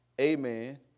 Amen